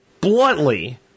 Bluntly